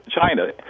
China